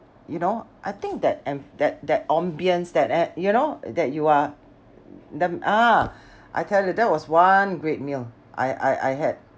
you know I think that en~ that that ambience that at~ you know that you are the ah I tell you that was one great meal I I I had